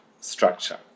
structure